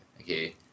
Okay